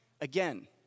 again